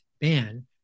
ban